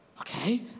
Okay